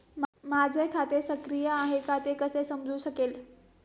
माझे खाते सक्रिय आहे का ते कसे समजू शकेल?